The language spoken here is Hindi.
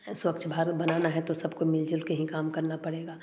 स्वच्छ भारत बनाना है तो सबको मिल जुलके ही काम करना पड़ेगा